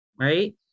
right